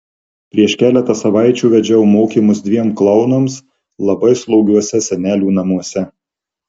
prieš keletą savaičių vedžiau mokymus dviem klounams labai slogiuose senelių namuose